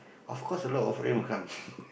of course a lot of friend will come